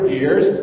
years